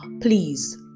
please